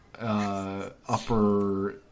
upper